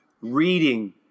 reading